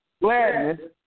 gladness